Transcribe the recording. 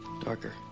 Darker